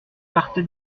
partez